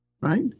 right